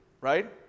right